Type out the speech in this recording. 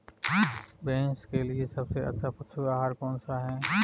भैंस के लिए सबसे अच्छा पशु आहार कौनसा है?